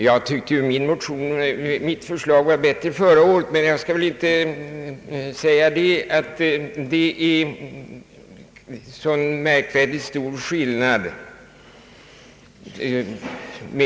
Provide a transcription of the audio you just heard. Jag tycker att mitt förslag förra gången var bättre, men jag skall inte säga att det är så stor skillnad.